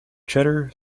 cheddar